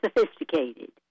sophisticated